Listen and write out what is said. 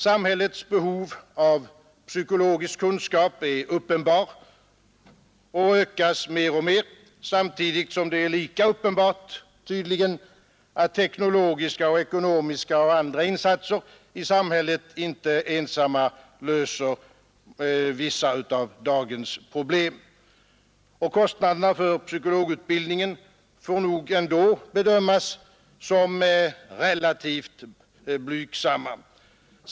Samhällets behov av psykologisk kunskap är uppenbar och ökas mer och mer, samtidigt som det är lika uppenbart att teknologiska och ekonomiska insatser i samhället inte ensamma löser vissa av dagens problem. Kostnaderna för psykologutbildningen får nog ändå bedömas som relativt blygsamma.